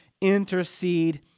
intercede